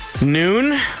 Noon